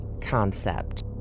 concept